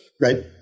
Right